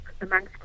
amongst